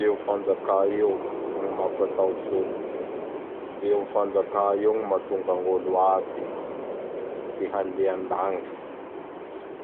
Io fanjaka io gn mapataotsy olo. Io fanjaka io gn matonga gn'olo aby tsy handeha an-dagnitsy.